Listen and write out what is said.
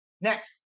next